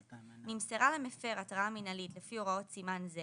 נמסרה למפר התראה מינהלית לפי הוראות סימן זה